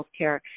healthcare